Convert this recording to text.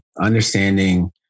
understanding